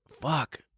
Fuck